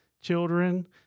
children